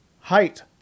height